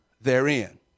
therein